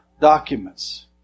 documents